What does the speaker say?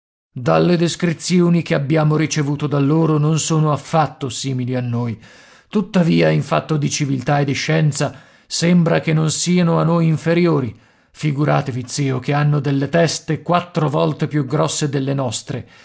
dalle descrizioni che abbiamo ricevuto da loro non sono affatto simili a noi tuttavia in fatto di civiltà e di scienza sembra che non siano a noi inferiori figuratevi zio che hanno delle teste quattro volte più grosse delle nostre